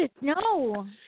no